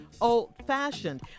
old-fashioned